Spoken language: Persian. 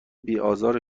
بیآزار